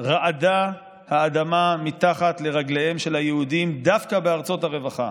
רעדה האדמה מתחת לרגליהם של היהודים דווקא בארצות הרווחה.